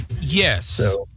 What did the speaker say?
Yes